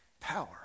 power